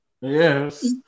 Yes